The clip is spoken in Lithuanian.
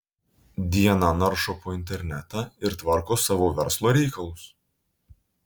dieną naršo po internetą ir tvarko savo verslo reikalus